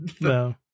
No